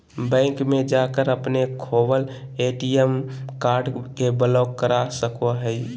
bank में जाकर अपने खोवल ए.टी.एम कार्ड के ब्लॉक करा सको हइ